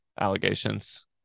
allegations